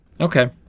okay